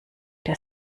der